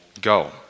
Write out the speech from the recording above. go